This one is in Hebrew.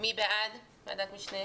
מי בעד ועדת המשנה